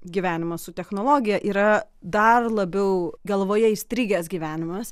gyvenimas su technologija yra dar labiau galvoje įstrigęs gyvenimas